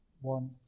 one